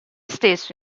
stesso